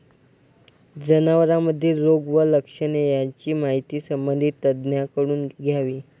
जनावरांमधील रोग व लक्षणे यांची माहिती संबंधित तज्ज्ञांकडून घ्यावी